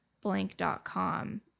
blank.com